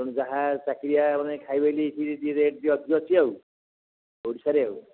ତେଣୁ ଯାହା ଚାକିରିଆ ମାନେ ଖାଇବେ ତ ରେଟ୍ ରେଟ୍ ଅଛି ଅଛି ଆଉ ଓଡ଼ିଶାରେ ଆଉ